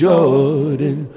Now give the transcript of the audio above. Jordan